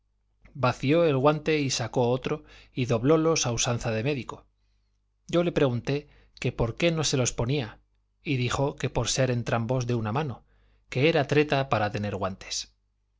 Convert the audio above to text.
vació el guante y sacó otro y doblólos a usanza de médico yo le pregunté que por qué no se los ponía y dijo que por ser entrambos de una mano que era treta para tener guantes